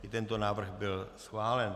I tento návrh byl schválen.